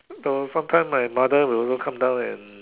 though sometime my mother will always come down and